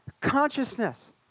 consciousness